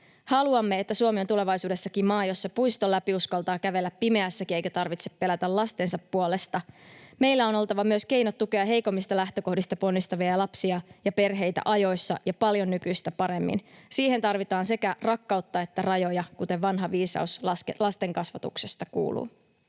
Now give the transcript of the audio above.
Haluamme, että Suomi on tulevaisuudessakin maa, jossa puiston läpi uskaltaa kävellä pimeässäkin eikä tarvitse pelätä lastensa puolesta. Meillä on oltava myös keinot tukea heikommista lähtökohdista ponnistavia lapsia ja perheitä ajoissa ja paljon nykyistä paremmin. Siihen tarvitaan sekä rakkautta että rajoja, kuten vanha viisaus lasten kasvatuksesta kuuluu.